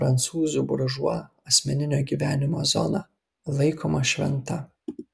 prancūzų buržua asmeninio gyvenimo zona laikoma šventa